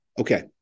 Okay